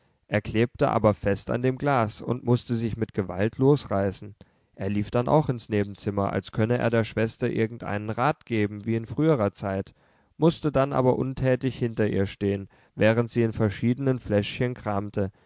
er klebte aber fest an dem glas und mußte sich mit gewalt losreißen er lief dann auch ins nebenzimmer als könne er der schwester irgendeinen rat geben wie in früherer zeit mußte dann aber untätig hinter ihr stehen während sie in verschiedenen fläschchen kramte